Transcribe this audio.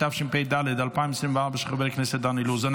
התשפ"ד 2024, של חבר הכנסת דן אילוז.